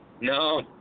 No